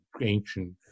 ancient